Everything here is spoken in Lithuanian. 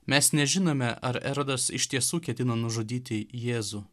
mes nežinome ar erodas iš tiesų ketino nužudyti jėzų